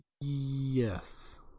Yes